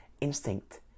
instinct